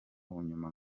hanyuma